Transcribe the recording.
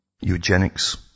eugenics